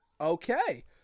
Okay